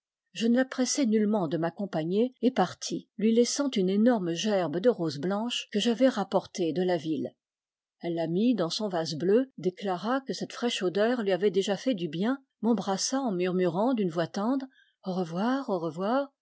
je ne la pressai nullement de m'accompagner et partis lui laissant une énorme gerbe de roses blanches que j'avais rapportée de la ville elle la mit dans son vase bleu déclara que cette fraîche odeur lui avait déjà fait du bien m'embrassa en murmurant d'une voix tendre au revoir au revoir